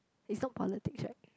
it's not politics right